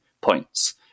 points